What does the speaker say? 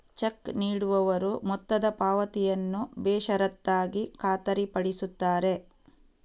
check ನೀಡುವವರು ಮೊತ್ತದ ಪಾವತಿಯನ್ನು ಬೇಷರತ್ತಾಗಿ ಖಾತರಿಪಡಿಸುತ್ತಾರೆ